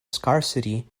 scarcity